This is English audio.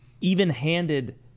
even-handed